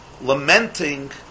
lamenting